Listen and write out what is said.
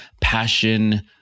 passion